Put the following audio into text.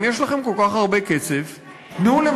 אם יש לכם כל כך הרבה כסף,